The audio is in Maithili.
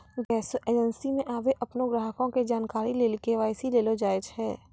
गैसो एजेंसी मे आबे अपनो ग्राहको के जानकारी लेली के.वाई.सी लेलो जाय छै